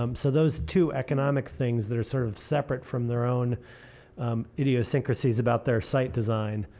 um so those two economic things that are sort of separate from their own ideosyncracies about their site designs,